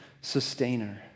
sustainer